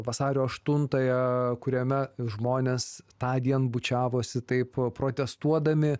vasario aštuntąją kuriame žmonės tądien bučiavosi taip protestuodami